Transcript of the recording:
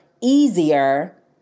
easier